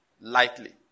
lightly